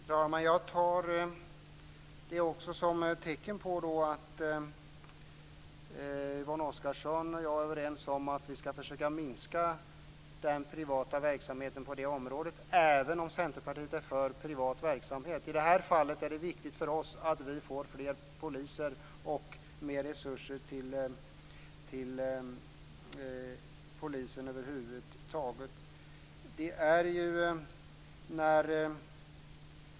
Fru talman! Jag tar det som ett tecken på att Yvonne Oscarsson och jag är överens om att vi ska försöka minska den privata verksamheten på det området, även om Centerpartiet är för privat verksamhet. I det här fallet är det viktigt för oss att vi får fler poliser och mer resurser till polisen över huvud taget.